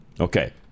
Okay